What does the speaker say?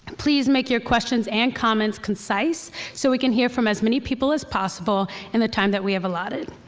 please make your questions and comments concise so we can hear from as many people as possible in the time that we have allotted.